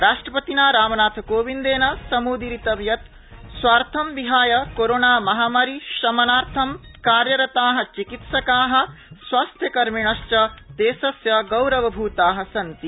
राष्ट्रपतिना रामनाथ कोविंदेन समुदीरिंत यत् स्वार्थ विहाय कोरोनामहामारीशमनार्थ कार्यरता चिकित्सका स्वास्थ्यकर्मिणश्च देशस्य गौरवभूता सन्ति